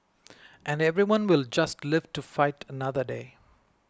and everyone will just live to fight another day